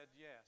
yes